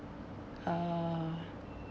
uh